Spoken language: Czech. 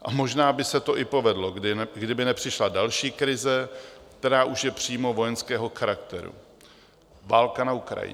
A možná by se to i povedlo, kdyby nepřišla další krize, která už je přímo vojenského charakteru, válka na Ukrajině.